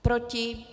Proti?